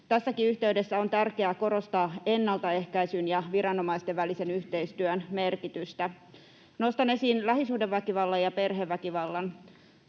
Tässäkin yhteydessä on tärkeää korostaa ennaltaehkäisyn ja viranomaisten välisen yhteistyön merkitystä. Nostan esiin lähisuhdeväkivallan ja perheväkivallan.